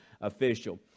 official